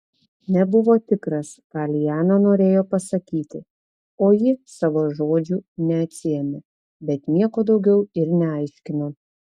nebuvo tikras ką liana norėjo pasakyti o ji savo žodžių neatsiėmė bet nieko daugiau ir neaiškino